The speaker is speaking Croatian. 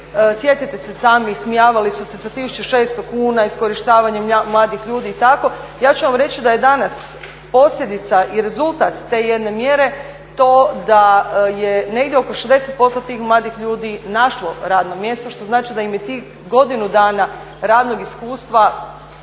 Sjetite se sami, ismijavali su se sa 1600 kuna iskorištavanjem mladih ljudi i tako. Ja ću vam reći da je danas posljedica i rezultat te jedne mjere to da je negdje oko 60% tih mladih ljudi našlo radno mjesto, što znači da im je tih godinu dana radnog iskustva doista